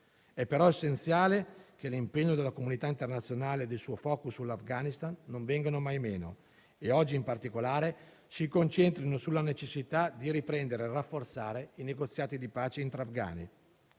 È però essenziale che l'impegno della comunità internazionale e del suo *focus* sull'Afghanistan non vengano mai meno e oggi in particolare si concentrino sulla necessità di riprendere e rafforzare i negoziati di pace intraafgani.